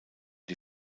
die